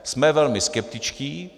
Jsme velmi skeptičtí.